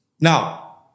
Now